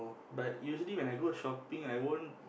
but usually when I go shopping I won't